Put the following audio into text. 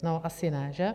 No asi ne, že?